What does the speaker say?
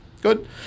good